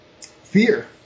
fear